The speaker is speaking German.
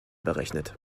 berechnet